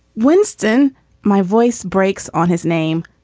winston my voice breaks on his name.